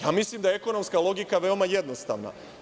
Pa, mislim da je ekonomska logika veoma jednostavna.